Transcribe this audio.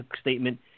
statement